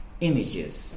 images